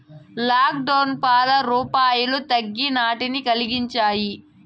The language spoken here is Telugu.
లాక్డౌన్లో పాల యాపారాలు తగ్గి నట్టాన్ని కలిగించాయి